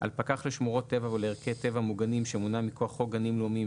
על פקח לשמורות טבע ולערכי טבע מוגנים שמונה מכוח חוק גנים לאומיים,